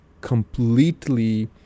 completely